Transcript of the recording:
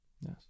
yes